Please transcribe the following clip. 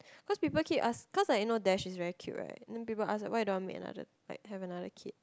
cause people keep ask cause you know like Dash is very cute right then people ask why you don't want make another like have another kid